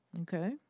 okay